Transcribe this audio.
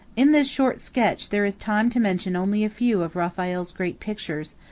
in this short sketch there is time to mention only a few of raphael's great pictures,